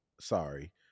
sorry